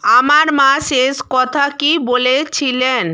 আমার মা শেষ কথা কী বলেছিলেন